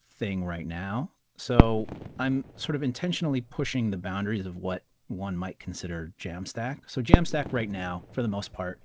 thing right now. so i'm sort of intentionally pushing the boundaries of what one might consider jamstack. so jamstack right now, for the most part,